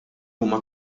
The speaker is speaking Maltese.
huma